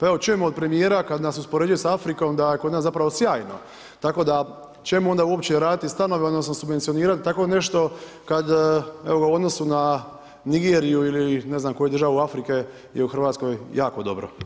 Evo čujemo od premijera kad nas uspoređuje s Afrikom da je kod nas zapravo sjajno, tako da čemu onda uopće raditi stanove, odnosno subvencionirati tako nešto kad u odnosu na Nigeriju ili ne znam koju državu Afrike je u Hrvatskoj jako dobro?